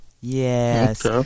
Yes